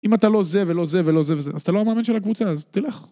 אם אתה לא זה ולא זה ולא זה וזה, אז אתה לא המאמן של הקבוצה, אז תלך.